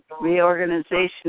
Reorganization